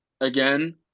again